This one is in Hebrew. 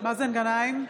מאזן גנאים,